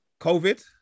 COVID